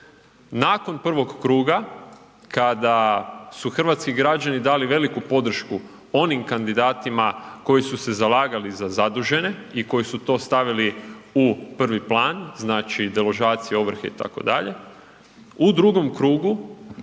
nakon prvog kruga kada su hrvatski građani dali veliku podršku onim kandidatima koji su se zalagali za zadužene i koji su to stavili u prvi plan, znači, deložacije, ovrhe, itd. u drugom krugu